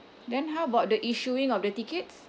then how about the issuing of the tickets